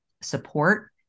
support